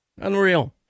Unreal